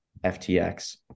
FTX